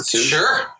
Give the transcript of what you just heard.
Sure